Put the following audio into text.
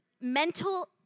Mental